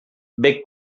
bec